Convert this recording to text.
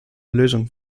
lösung